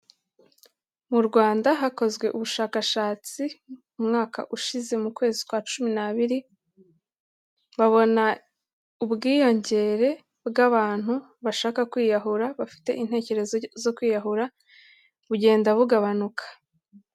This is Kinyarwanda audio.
Mu Rwanda hakozwe ubushakashatsi umwaka ushize mu kwezi kwa cumi n'abiri, babona ubwiyongere bw'abantu bashaka kwiyahura bafite intekerezo zo kwiyahura bugenda bugabanuka.